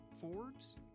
Forbes